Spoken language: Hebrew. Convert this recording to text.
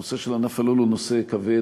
הנושא של ענף הלול הוא נושא כבד,